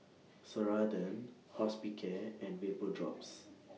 Ceradan Hospicare and Vapodrops